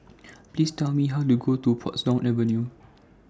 Please Tell Me How to get to Portsdown Avenue